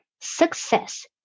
success